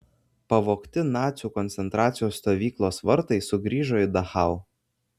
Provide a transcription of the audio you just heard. pavogti nacių koncentracijos stovyklos vartai sugrįžo į dachau